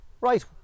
Right